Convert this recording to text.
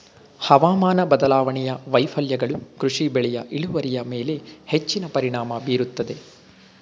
ಹವಾಮಾನ ಬದಲಾವಣೆಯ ವೈಫಲ್ಯಗಳು ಕೃಷಿ ಬೆಳೆಯ ಇಳುವರಿಯ ಮೇಲೆ ಹೆಚ್ಚಿನ ಪರಿಣಾಮ ಬೀರುತ್ತದೆ